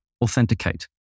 Authenticate